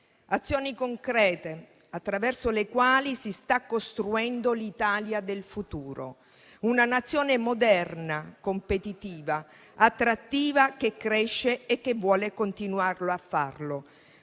un'azione concreta attraverso la quale si sta costruendo l'Italia del futuro, una Nazione moderna, competitiva, attrattiva. Una Nazione che cresce e che vuole continuare a farlo